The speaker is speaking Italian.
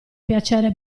piacere